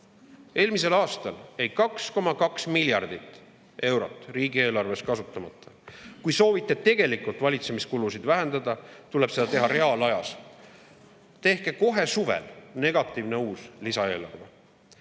Eelmisel aastal jäi 2,2 miljardit eurot riigieelarvest kasutamata. Kui soovite tegelikult valitsemiskulusid vähendada, tuleb seda teha reaalajas. Tehke kohe suvel negatiivne uus lisaeelarve.